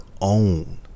own